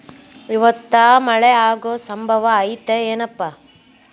ಇವತ್ತ ಮಳೆ ಆಗು ಸಂಭವ ಐತಿ ಏನಪಾ?